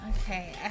Okay